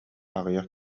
аҕыйах